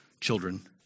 Children